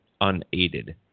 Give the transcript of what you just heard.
unaided